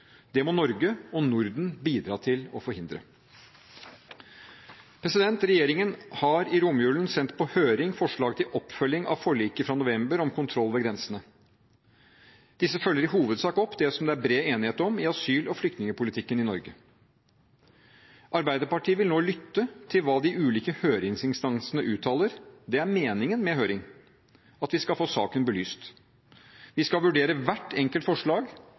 Det må Norge og Norden bidra til å forhindre. Regjeringen har i romjulen sendt på høring forslag til oppfølging av forliket fra november om kontroll ved grensene. Disse følger i hovedsak opp det som det er bred enighet om i asyl- og flyktningpolitikken i Norge. Arbeiderpartiet vil nå lytte til hva de ulike høringsinstansene uttaler. Meningen med høring er at vi skal få saken belyst. Vi skal vurdere hvert enkelt forslag,